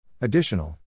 Additional